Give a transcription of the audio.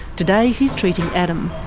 today he's treating adam.